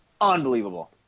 unbelievable